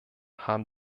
haben